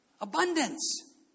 Abundance